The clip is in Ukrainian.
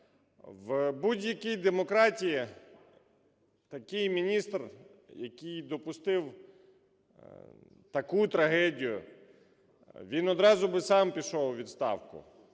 В будь-які демократії такий міністр, який допустив таку трагедію, він одразу би сам пішов у відставку,